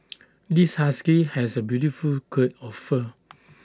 this husky has A beautiful coat of fur